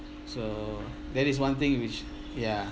so that is one thing which ya